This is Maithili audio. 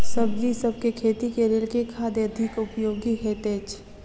सब्जीसभ केँ खेती केँ लेल केँ खाद अधिक उपयोगी हएत अछि?